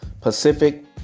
Pacific